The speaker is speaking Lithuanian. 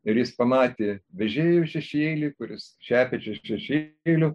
ir jis pamatė vežėjo šešėlį kuris šepečio šešėliu